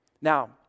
Now